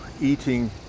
eating